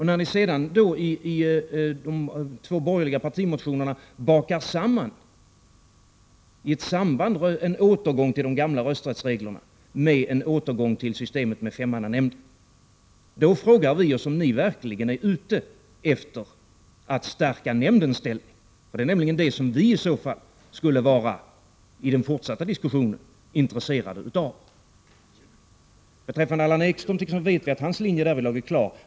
När man sedan i de två borgerliga partimotionerna bakar samman en återgång till det gamla rösträttsreglerna med en återgång till systemet med femmannanämnden frågar vi oss om ni verkligen är ute efter att stärka nämndens ställning. Det är nämligen det som vi i den fortsatta diskussionen skulle vara intresserade av. Allan Ekströms linje är klar.